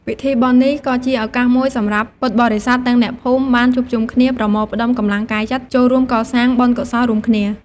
ពិធីបុណ្យនេះក៏ជាឱកាសមួយសម្រាប់ពុទ្ធបរិស័ទ និងអ្នកភូមិបានជួបជុំគ្នា ប្រមូលផ្ដុំកម្លាំងកាយចិត្តចូលរួមកសាងបុណ្យកុសលរួមគ្នា។